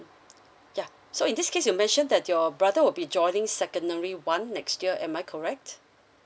ya so in this case you mentioned that your brother will be joining secondary one next year am I correct